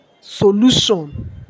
solution